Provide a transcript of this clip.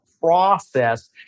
process